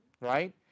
right